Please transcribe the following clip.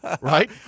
Right